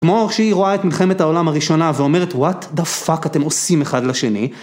כמו שהיא רואה את מלחמת העולם הראשונה ואומרת וואט דה פאק אתם עושים אחד לשני